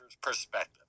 perspective